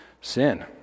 sin